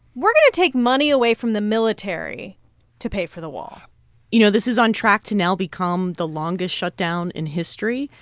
we're going to take money away from the military to pay for the wall you know, this is on track to now become the longest shutdown in history.